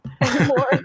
anymore